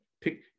pick